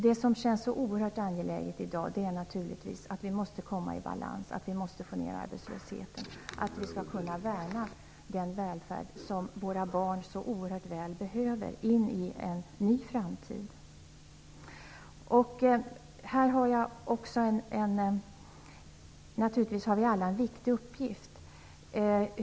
Det som känns så angeläget i dag är naturligtvis att vi kommer i balans och får ned arbetslösheten, så att vi kan värna den välfärd som våra barn så oerhört väl kommer att behöva inför en ny framtid. Naturligtvis har vi alla en viktig uppgift.